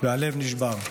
והלב נשבר.